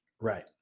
Right